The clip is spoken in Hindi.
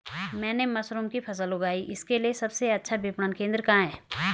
मैंने मशरूम की फसल उगाई इसके लिये सबसे अच्छा विपणन केंद्र कहाँ है?